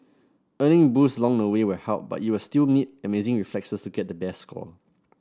earning boosts long the way will help but you'll still need amazing reflexes to get the best score